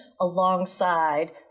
alongside